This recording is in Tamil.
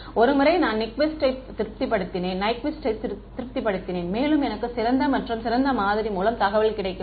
ஒரு முறை நான் நிக்விஸ்டை திருப்திப்படுத்தினேன் மேலும் எனக்கு சிறந்த மற்றும் சிறந்த மாதிரி மூலம் தகவல் கிடைக்குமா